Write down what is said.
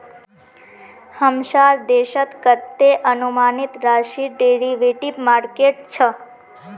हमसार देशत कतते अनुमानित राशिर डेरिवेटिव मार्केट छ